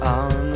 on